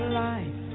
life